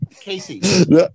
Casey